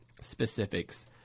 specifics